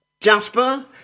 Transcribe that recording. Jasper